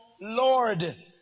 Lord